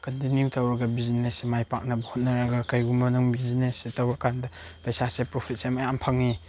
continue ꯇꯧꯔꯒ ꯕꯤꯖꯤꯅꯦꯁꯁꯦ ꯃꯥꯏ ꯄꯥꯛꯅꯕ ꯍꯣꯠꯅꯔꯒ ꯀꯔꯤꯒꯨꯝꯕ ꯅꯪ ꯕꯤꯖꯤꯅꯦꯁꯁꯦ ꯇꯧꯔ ꯀꯥꯟꯗ ꯄꯩꯁꯥꯁꯦ ꯄ꯭ꯔꯣꯐꯤꯠꯁꯦ ꯃꯌꯥꯝ ꯐꯪꯏ